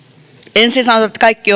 ensin sanotaan että kaikki